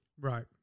Right